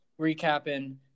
Recapping